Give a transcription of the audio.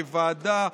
כוועדה,